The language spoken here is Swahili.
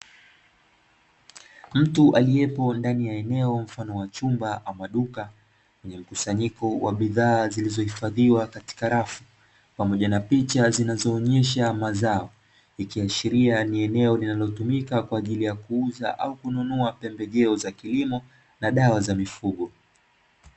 Mtu aliyepo ndani ya eneo mfano wa chumba ama duka lenye mkusanyiko wa bidha, zilizohifadhiwa katika rafu pamoja na picha zinazoonyesha mazao ikiashiria ni eneo linalotumika kwa ajili ya kuuza au kununua pembejeo za kilimo na dawa za mifugo.